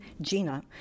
Gina